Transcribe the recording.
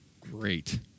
great